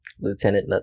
lieutenant